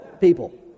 People